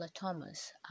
thomas